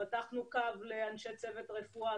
פתחנו קו לאנשי צוות רפואה,